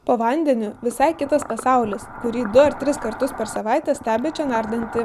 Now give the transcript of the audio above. po vandeniu visai kitas pasaulis kurį du ar tris kartus per savaitę stebi čia nardanti